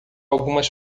algumas